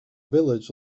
village